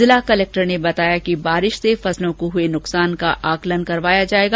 जिला कलेक्टर ने बताया कि बारिश से फसलों को हुए नुकसान का आकलन किया जायेगा